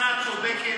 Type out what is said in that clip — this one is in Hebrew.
הצעה מוצדקת.